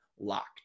LOCKED